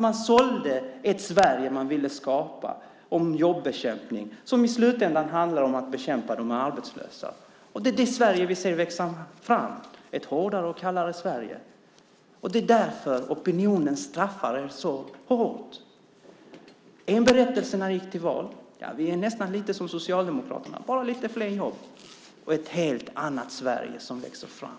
Man sålde ett Sverige man ville skapa med jobbersättning, som i slutändan handlar om att bekämpa de arbetslösa. Det är det Sverige vi ser växa fram, ett hårdare och kallare Sverige. Det är därför opinionen straffar er så hårt. Det var en berättelse när ni gick till val. Vi är nästan lite som Socialdemokraterna, bara med lite fler jobb, sade ni. Men det är ett helt annat Sverige som växer fram,